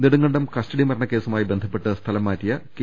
Nedumkandam custody മരണക്കേസുമായി ബന്ധപ്പെട്ട് സ്ഥലം മാറ്റിയ കെ